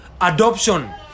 adoption